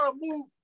move